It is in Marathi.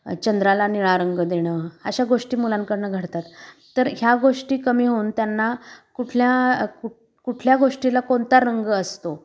चंद्राला निळा रंग देणं अशा गोष्टी मुलांकडनं घडतात तर ह्या गोष्टी कमी होऊन त्यांना कुठल्या कु कुठल्या गोष्टीला कोणता रंग असतो